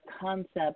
concept